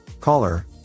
Caller